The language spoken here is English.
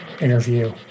Interview